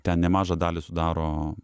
ten nemažą dalį sudaro